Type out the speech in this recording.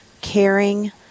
caring